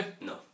no